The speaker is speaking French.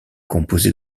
composée